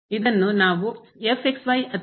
ಇದನ್ನು ನಾವು ಅಥವಾ